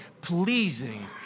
pleasing